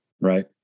right